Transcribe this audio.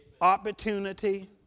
Opportunity